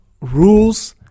rules